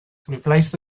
replace